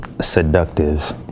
seductive